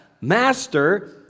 Master